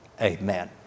Amen